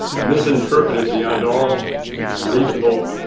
misinterpreted beyond all reasonable